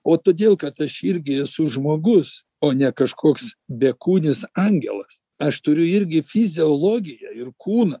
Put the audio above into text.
o todėl kad aš irgi esu žmogus o ne kažkoks bekūnis angelas aš turiu irgi fiziologiją ir kūną